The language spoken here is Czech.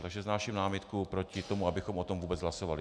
Takže vznáším námitku proti tomu, abychom o tom vůbec hlasovali.